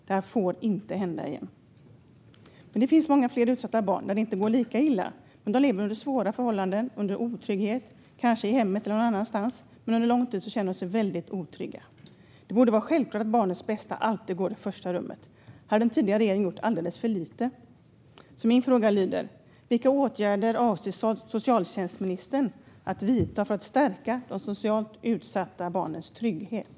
Det finns också många utsatta barn som det inte går lika illa för men som lever under svåra förhållanden under otrygghet, kanske i hemmet eller någon annanstans, och känner sig väldigt otrygga under lång tid. Det borde vara självklart att barnens bästa alltid sätts i första rummet. Här har den tidigare regeringen gjort alldeles för lite. Min fråga lyder: Vilka åtgärder avser socialtjänstministern att vidta för att stärka de socialt utsatta barnens trygghet?